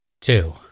Two